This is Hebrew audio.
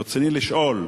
רצוני לשאול: